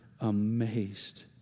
amazed